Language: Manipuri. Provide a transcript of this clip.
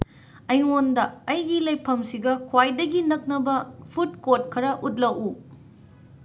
ꯑꯩꯉꯣꯟꯗ ꯑꯩꯒꯤ ꯂꯩꯐꯝꯁꯤꯒ ꯈ꯭ꯋꯥꯏꯗꯒꯤ ꯅꯛꯅꯕ ꯐꯨꯗ ꯀꯣꯔꯠ ꯈꯔ ꯎꯠꯂꯛꯎ